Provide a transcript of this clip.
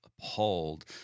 appalled